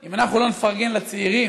אם אנחנו לא נפרגן לצעירים?